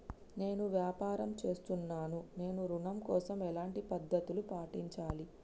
నేను వ్యాపారం చేస్తున్నాను నేను ఋణం కోసం ఎలాంటి పద్దతులు పాటించాలి?